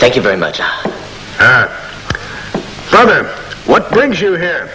thank you very much for what brings you here